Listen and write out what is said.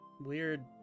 weird